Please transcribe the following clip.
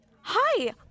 Hi